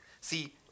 See